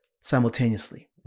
simultaneously